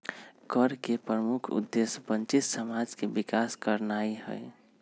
कर के प्रमुख उद्देश्य वंचित समाज के विकास करनाइ हइ